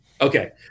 Okay